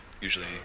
usually